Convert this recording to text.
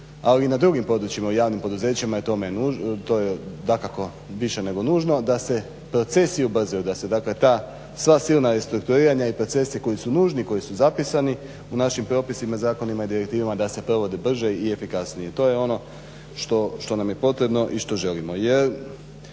ali i na drugim područjima u javnim poduzećima i to je dakako više nego nužno da se procesi ubrzaju, da se ta silna restrukturiranja i procesi koji su nužni, koji su zapisani, u našim propisima, zakonima i direktivama da se provode brže i efikasnije. To je ono što nam je potrebno i što želimo